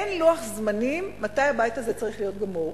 אין לוח זמנים מתי הבית הזה צריך להיות גמור.